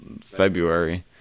february